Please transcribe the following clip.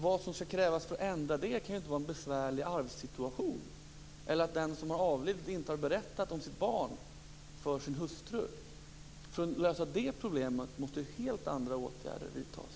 Vad som skall krävas för en ändring kan ju inte vara en besvärlig arvssituation eller att den som har avlidit inte har berättat om sitt barn för sin hustru. För att lösa dessa problem måste ju helt andra åtgärder vidtas.